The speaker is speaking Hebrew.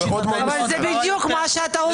אבל זה בדיוק מה שאתה עושה.